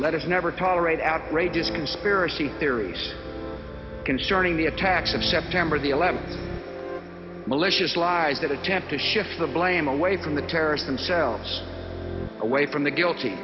letters never tolerate outrageous conspiracy theories concerning the attacks of september the eleventh malicious lies that attempt to shift the blame away from the terrorists themselves away from the guilty